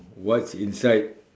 what's inside